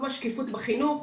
כמו שקיפות בחינוך,